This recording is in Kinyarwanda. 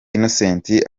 innocent